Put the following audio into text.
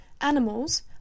Animals